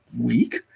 week